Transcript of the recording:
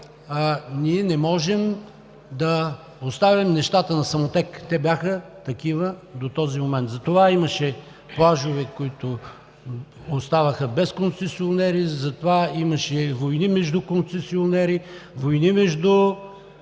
ние не можем да оставим нещата на самотек. Те бяха такива до този момент. Затова имаше плажове, които оставаха без концесионери, затова имаше войни между концесионери, войни между